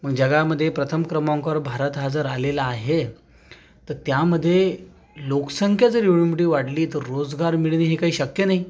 मग जगामदे प्रथम क्रमांकवर भारत हा जर आलेला आहे तर त्यामध्ये लोकसंख्या जर एवढी मोठी वाढली तर रोजगार मिळेल हे काही शक्य नाही